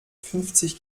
fünfzig